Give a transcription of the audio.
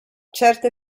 certe